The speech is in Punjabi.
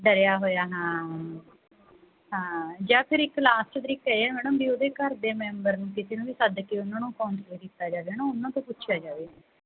ਡਰਿਆ ਹੋਇਆ ਹਾਂ ਜਾਂ ਫਿਰ ਇੱਕ ਲਾਸਟ ਤਰੀਕਾ ਇਹ ਮੈਡਮ ਵੀ ਉਹਦੇ ਘਰ ਦੇ ਮੈਂਬਰ ਨੂੰ ਕਿਸੇ ਨੂੰ ਵੀ ਸੱਦ ਕੇ ਉਹਨਾਂ ਨੂੰ ਕੌਂਸਲ ਕੀਤਾ ਜਾਵੇ ਹੈ ਨਾ ਉਹਨਾਂ ਤੋਂ ਪੁੱਛਿਆ ਜਾਵੇ